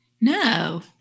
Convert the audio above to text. No